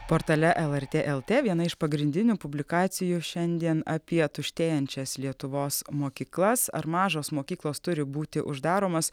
portale lrt lt viena iš pagrindinių publikacijų šiandien apie tuštėjančias lietuvos mokyklas ar mažos mokyklos turi būti uždaromos